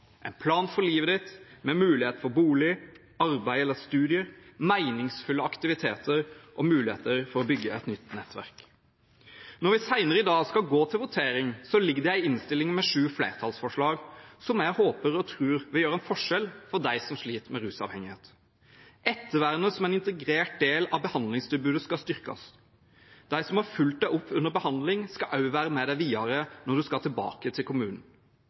en plan – en plan for livet med mulighet for bolig, arbeid eller studier, meningsfulle aktiviteter og muligheter for å bygge et nytt nettverk. Når vi senere i dag skal gå til votering, foreligger det en innstilling med sju flertallsforslag som jeg håper og tror vil utgjøre en forskjell for dem som sliter med rusavhengighet. Ettervernet som en integrert del av behandlingstilbudet skal styrkes. De som har fulgt en opp under behandling, skal også være med en videre når en skal tilbake til kommunen.